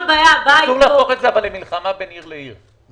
אסור להפוך את זה למלחמה בין עיר לעיר.